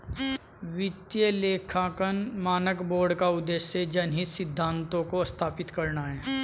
वित्तीय लेखांकन मानक बोर्ड का उद्देश्य जनहित सिद्धांतों को स्थापित करना है